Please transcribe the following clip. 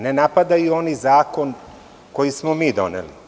Ne napadaju oni zakon koji smo mi doneli.